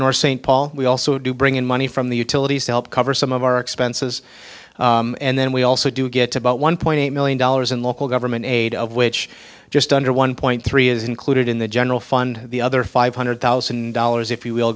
north st paul we also do bring in money from the utilities to help cover some of our expenses and then we also do get about one point eight million dollars in local government aid of which just under one point three is included in the general fund the other five hundred thousand dollars if you will